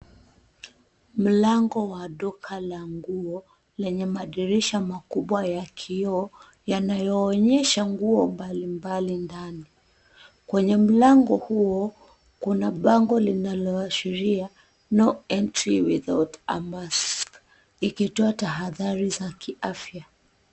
Mlango wa duka la nguo lenye madirisha makubwa ya kioo yanayoonyesha nguo mbalimbali ndani. Kwenye mlango huo, kuna bango linaloashiria no entry without a mask ikitoa tahadhari za kiafya.